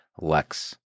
LEX